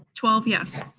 twelve yes.